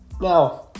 Now